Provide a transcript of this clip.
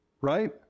Right